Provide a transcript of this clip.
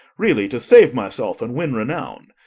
really to save myself and win renown?